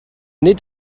nid